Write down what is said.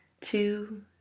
two